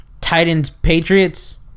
Titans-Patriots